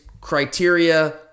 criteria